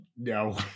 No